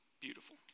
beautiful